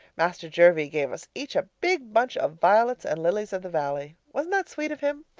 master jervie gave us each a big bunch of violets and lilies-of-the-valley. wasn't that sweet of him?